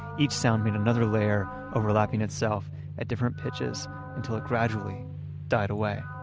each sound made another layer overlapping itself at different pitches until it gradually died away.